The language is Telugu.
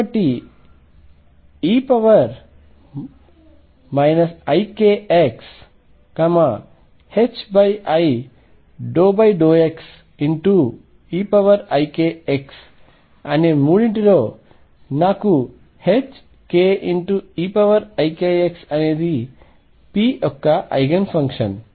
కాబట్టి eikx i∂x eikx అనే మూడింటిలో నాకు ℏk eikx అనేది p యొక్క ఐగెన్ ఫంక్షన్